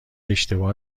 اشتباه